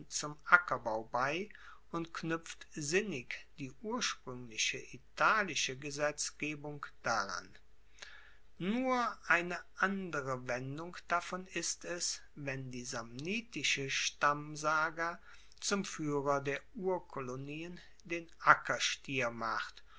zum ackerbau bei und knuepft sinnig die urspruengliche italische gesetzgebung daran nur eine andere wendung davon ist es wenn die samnitische stammsage zum fuehrer der urkolonien den ackerstier macht